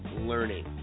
learning